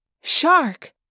Shark